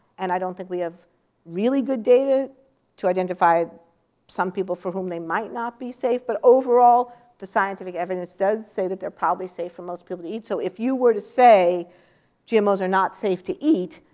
and i don't think we have really good data to identify some people for whom they might not be safe. but overall the scientific evidence does say that they're probably safe for most people to eat. so if you were to say gmos are not safe to eat,